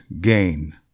gain